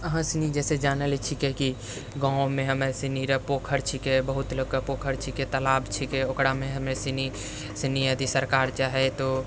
अहाँ सनी जैसे जानैलए छिकै कि गाँवमे हमे सनी रऽ पोखरि छिकै बहुत लोकके पोखरि छिकै तालाब छिकै ओकरामे हमे सनी यदि सरकार चाहै तऽ